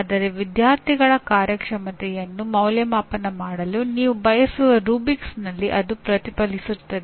ಆದರೆ ವಿದ್ಯಾರ್ಥಿಗಳ ಕಾರ್ಯಕ್ಷಮತೆಯನ್ನು ಮೌಲ್ಯಅಂಕಣ ಮಾಡಲು ನೀವು ಬಳಸುವ ರುಬ್ರಿಕ್ಸ್ನಲ್ಲಿ ಅವು ಪ್ರತಿಫಲಿಸುತ್ತದೆ